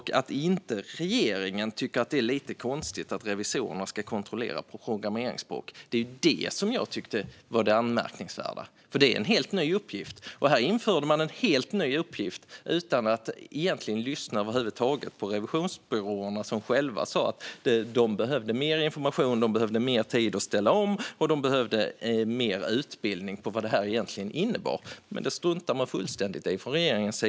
Det var att regeringen inte tycker att det är lite konstigt att revisorerna ska kontrollera programmeringsspråk som jag tyckte var det anmärkningsvärda, för det är en helt ny uppgift. Man införde den utan att lyssna över huvud taget på revisionsbyråerna. De sa att de behövde mer information, mer tid att ställa om och mer utbildning om vad detta egentligen innebär. Men det struntar regeringen fullständigt i.